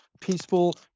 peaceful